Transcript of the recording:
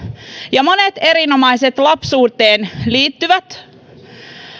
ja monet erinomaiset lapsuuteen liittyvät